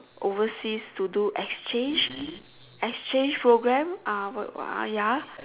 overseas to do exchange exchange programme uh ya